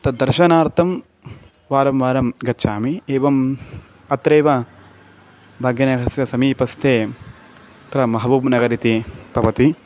तद्दर्शनार्थं वारं वारं गच्छामि एवं अत्रैव भाग्यनगरस्य समीपस्थे अत्र महबूब् नगर् इति भवति